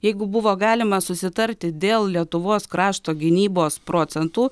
jeigu buvo galima susitarti dėl lietuvos krašto gynybos procentų